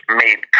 made